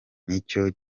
nicyo